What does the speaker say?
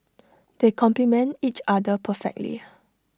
they complement each other perfectly